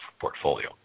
portfolio